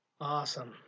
Awesome